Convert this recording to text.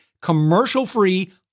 commercial-free